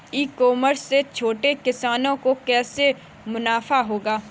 ई commerce से छोटे किसानों को कैसे मुनाफा होगा?